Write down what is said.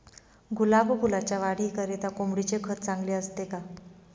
गुलाब फुलाच्या वाढीकरिता कोंबडीचे खत चांगले असते का?